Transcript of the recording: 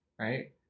Right